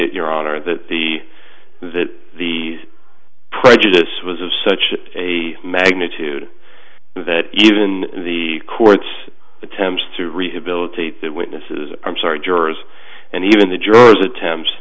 essentially your honor that the that the prejudice was of such a magnitude that even the court's attempts to rehabilitate that witnesses i'm sorry jurors and even the juror temp